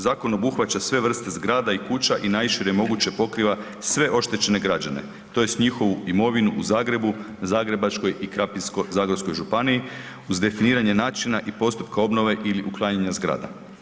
Zakon obuhvaća sve vrste zgrada i kuća i najšire moguće pokriva sve oštećene građane, tj. njihovu imovinu u Zagrebu, Zagrebačkoj i Krapinsko-zagorskoj županiji uz definiranje načina i postupka obnove ili uklanjanja zgrada.